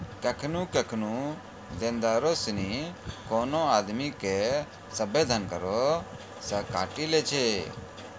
केखनु केखनु देनदारो सिनी कोनो आदमी के सभ्भे धन करो से काटी लै छै